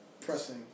pressing